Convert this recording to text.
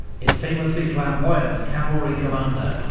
his famously flamboyant cavalry commander,